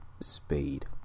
speed